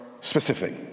specific